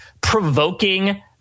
provoking